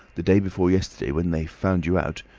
the day before yesterday, when they found you out,